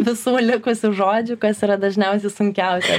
visų likusių žodžių kas yra dažniausiai sunkiausia